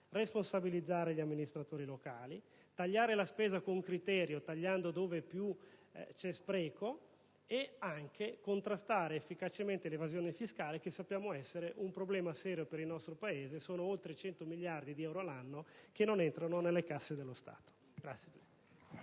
responsabilizzare gli amministratori locali, ad intervenire con criterio sulla spesa, puntando dove più c'è spreco, e a contrastare efficacemente l'evasione fiscale, che sappiamo essere un problema serio per il nostro Paese, con oltre 100 miliardi di euro all'anno che non entrano nelle casse dello Stato.